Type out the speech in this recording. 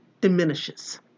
diminishes